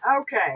Okay